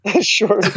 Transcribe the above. Sure